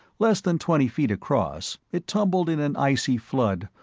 less than twenty feet across, it tumbled in an icy flood,